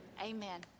Amen